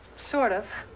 sort of.